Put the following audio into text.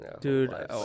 Dude